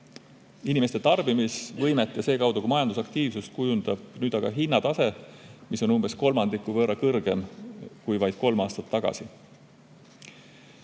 Inimeste tarbimisvõimet ja seekaudu ka majandusaktiivsust kujundab nüüd aga hinnatase, mis on umbes kolmandiku võrra kõrgem, kui see oli kolm aastat tagasi.